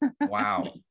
wow